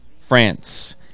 France